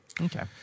Okay